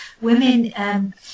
women